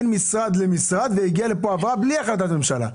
משרד למשרד והגיעה לכאן העברה בלי החלטת ממשלה.